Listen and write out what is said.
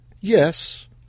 Yes